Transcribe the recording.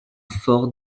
fort